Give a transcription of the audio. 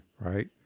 right